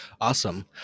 Awesome